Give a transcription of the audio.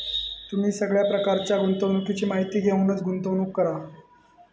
तुम्ही सगळ्या प्रकारच्या गुंतवणुकीची माहिती घेऊनच गुंतवणूक करा